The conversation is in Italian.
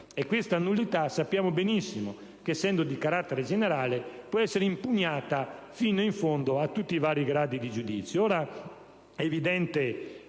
questa nullità sappiamo benissimo che, essendo di carattere generale, può essere impugnata fino in fondo, in tutti i vari gradi di giudizio.